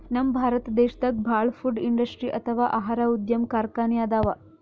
ನಮ್ ಭಾರತ್ ದೇಶದಾಗ ಭಾಳ್ ಫುಡ್ ಇಂಡಸ್ಟ್ರಿ ಅಥವಾ ಆಹಾರ ಉದ್ಯಮ್ ಕಾರ್ಖಾನಿ ಅದಾವ